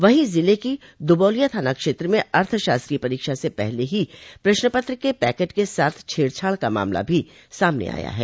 वहीं जिले की दुबौलिया थाना क्षेत्र में अर्थशास्त्र की परीक्षा से पहले ही प्रश्नपत्र के पैकेट के साथ छेड़छाड़ का मामला भी सामने आया है